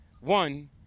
one